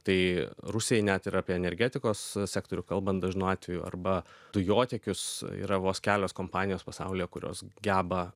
tai rusijai net ir apie energetikos sektorių kalbant dažnu atveju arba dujotiekius yra vos kelios kompanijos pasaulio kurios geba